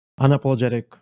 unapologetic